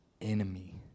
enemy